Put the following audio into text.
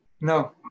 No